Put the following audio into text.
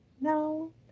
no